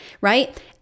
right